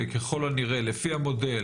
ככל הנראה לפי המודל